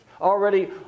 already